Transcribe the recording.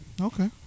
Okay